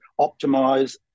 optimize